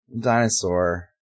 Dinosaur